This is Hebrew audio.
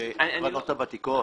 הקרנות הוותיקות.